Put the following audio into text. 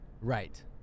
right